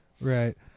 Right